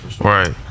Right